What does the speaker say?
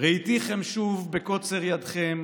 "ראיתיכם שוב בקוצר ידכם